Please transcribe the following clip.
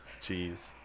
Jeez